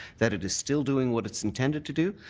that it is still doing what it's intended to do.